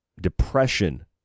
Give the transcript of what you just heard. depression